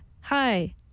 Hi